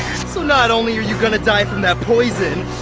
so not only are you gonna die from that poison,